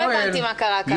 לא הבנתי מה קרה כאן?